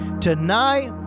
tonight